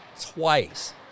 twice